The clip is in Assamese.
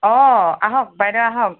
অঁ আহক বাইদেউ আহক